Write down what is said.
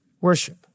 worship